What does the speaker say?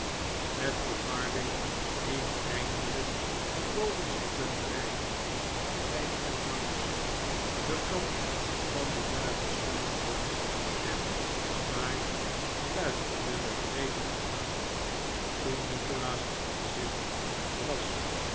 met volharding niet eindelijk het bovenste punt bereikt zij gingen langs den rand van de duivelspunchkom en smike luisterde met gretige aandacht toen nikolaas het opschrift las